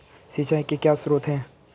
सिंचाई के क्या स्रोत हैं?